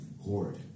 hoard